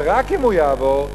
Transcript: ורק אם הוא יעבור,